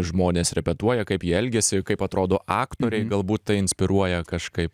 žmonės repetuoja kaip jie elgiasi kaip atrodo aktoriai galbūt tai inspiruoja kažkaip